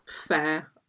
Fair